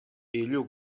элүү